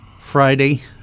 Friday